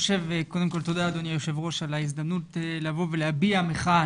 תודה אדוני היושב ראש על ההזדמנות לבוא ולהביע מחאה.